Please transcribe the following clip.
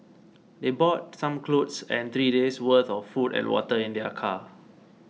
they brought some clothes and three day's worth of food and water in their car